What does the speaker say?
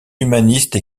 humaniste